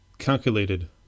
Calculated